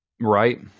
Right